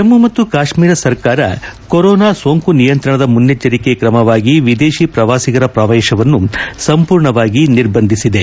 ಜಮ್ಮು ಮತ್ತು ಕಾಶ್ಮೀರ ಸರ್ಕಾರ ಕೊರೋನಾ ಸೋಂಕು ನಿಯಂತ್ರಣದ ಮುನ್ನೆಚ್ಚರಿಕೆ ಕ್ರಮವಾಗಿ ವಿದೇಶಿ ಪ್ರವಾಸಿಗರ ಪ್ರವೇಶವನ್ನು ಸಂಪೂರ್ಣವಾಗಿ ನಿರ್ಬಂಧಿಸಿದೆ